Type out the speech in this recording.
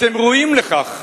אתם ראויים לכך,